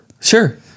Sure